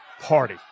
party